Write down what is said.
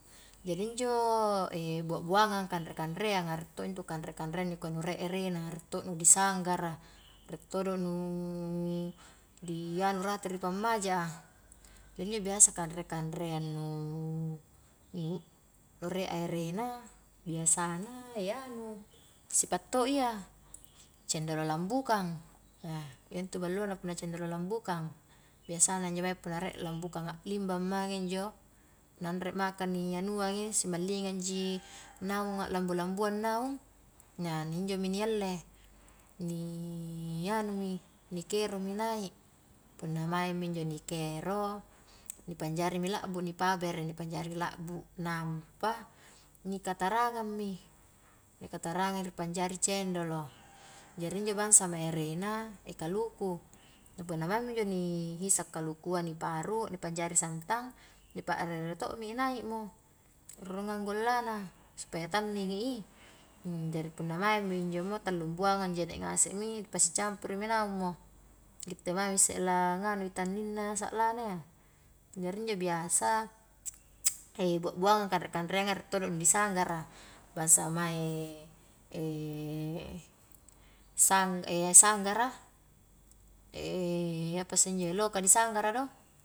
Jari injo buabuangang kanre-kanreanga, rie to intu kanre-kanreang ri kua nu rie erena, rie to nu disanggara, rie todo nu dianu rate ri pammaja, a injo biasa kanre kanreang nu rie a erena biasana e anu sipa' to iya, cendolo lambukang, eh iya intu ballona punna cendolo lambukang, biasana injo mae punna rie lambukang aklimbang mange injo na anre maka ni anuangi simallingang ji naung a'lambu-lambuang naung, na injomi ni alle, ni anumi ni keromi naik, punna maingmi injo ni kero nipanjari mi labbu ni pabere ni panjari labbu, nampa ni katarangang mi, nikatarangang ri panjari cendolo, jari injo bangsa mae erena, kaluku punna maingmi injo ni hisa' kalukua ni paru' ni panjari santang ni pa'rere to' mi naikmo rurungang gollana, supaya tanningi i, jari punna maingi mi injomo tallung buanganji jene' ngasemi ni pasicampuru mi naung mo, gitte mami isse la ngannui tanning na sa'la na iya, jari injo biasa buabuangang kanre-kanreanga rie todo nu disanggara, bangsa mae sang sanggara apa isse njo loka disanggara do.